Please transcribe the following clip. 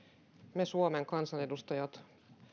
me suomen kansanedustajat